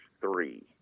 three